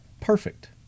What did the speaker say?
perfect